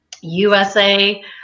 usa